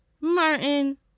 Martin